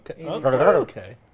Okay